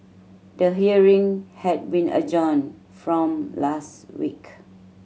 the hearing had been adjourned from last week